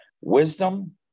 wisdom